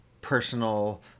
personal